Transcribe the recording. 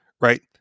right